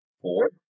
Four